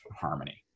harmony